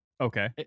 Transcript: Okay